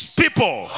people